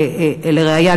ולראיה,